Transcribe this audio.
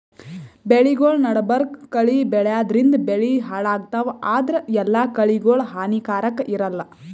ಬೆಳಿಗೊಳ್ ನಡಬರ್ಕ್ ಕಳಿ ಬೆಳ್ಯಾದ್ರಿನ್ದ ಬೆಳಿ ಹಾಳಾಗ್ತಾವ್ ಆದ್ರ ಎಲ್ಲಾ ಕಳಿಗೋಳ್ ಹಾನಿಕಾರಾಕ್ ಇರಲ್ಲಾ